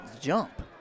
jump